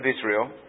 Israel